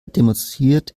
demonstriert